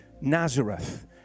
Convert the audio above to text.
Nazareth